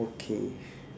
okay